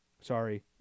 Sorry